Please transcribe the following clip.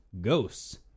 ghosts